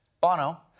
Bono